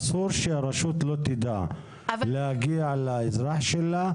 אסור שהרשות לא תדע להגיע לאזרח שלה,